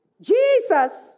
Jesus